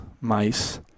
mice